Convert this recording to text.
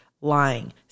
lying